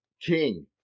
King